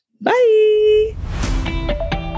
Bye